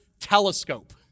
telescope